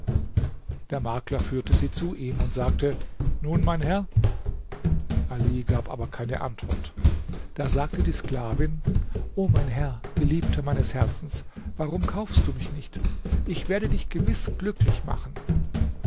der makler führte sie zu ihm und sagte nun mein herr ali gab aber keine antwort da sagte die sklavin o mein herr geliebter meines herzens warum kaufst du mich nicht ich werde dich gewiß glücklich machen